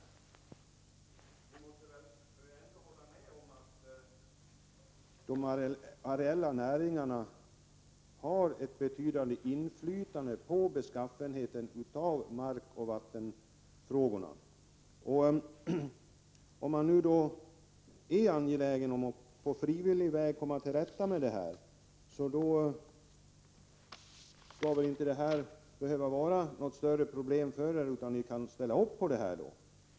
Ni måste väl ändå hålla med om att de areella näringarna har ett betydande inflytande på beskaffenheten av mark och vatten. Om ni är angelägna om att på frivillig väg lösa de här problemen, borde ni väl kunna ställa upp på vårt förslag.